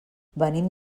venim